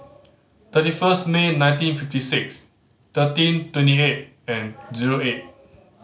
thirty first May nineteen fifty six thirteen twenty eight and zero eight